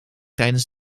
tijdens